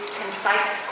concise